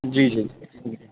جی جی